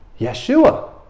Yeshua